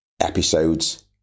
episodes